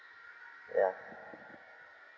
ya